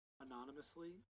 anonymously